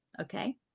Okay